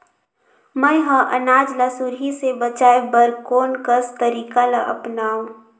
मैं ह अनाज ला सुरही से बचाये बर कोन कस तरीका ला अपनाव?